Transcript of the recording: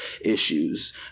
issues